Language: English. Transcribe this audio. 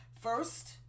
First